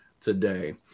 today